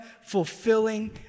fulfilling